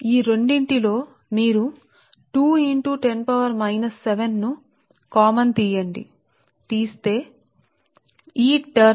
మీరు ఈ రెండింటి లో 2 into ten to the power of minus 7 common గా తీసుకొంటే ఈ పదం 14 ln Dr1 అవుతుంది